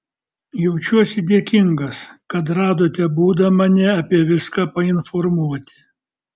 jaučiuosi dėkingas kad radote būdą mane apie viską painformuoti